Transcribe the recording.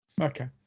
Okay